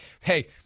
hey